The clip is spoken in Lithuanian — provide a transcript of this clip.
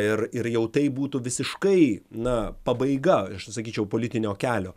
ir ir jau tai būtų visiškai na pabaiga aš tai sakyčiau politinio kelio